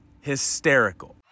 hysterical